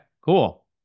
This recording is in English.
cool